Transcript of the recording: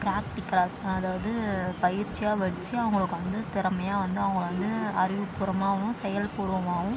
பிராக்டிகலாக அதாவது பயிற்சியாக வடித்து அவர்களுக்கு வந்து திறமையாக வந்து அவங்களை வந்து அறிவுப்பூர்வமாகவும் செயல்பூர்வமாகவும்